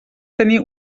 tenir